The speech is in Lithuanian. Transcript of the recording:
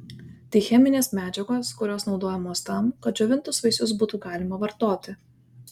tai cheminės medžiagos kurios naudojamos tam kad džiovintus vaisius būtų galima vartoti